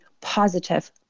positive